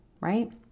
Right